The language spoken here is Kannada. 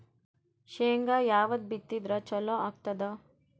ಶೇಂಗಾ ಯಾವದ್ ಬಿತ್ತಿದರ ಚಲೋ ಆಗತದ?